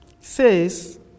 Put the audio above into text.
says